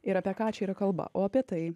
ir apie ką čia yra kalba o apie tai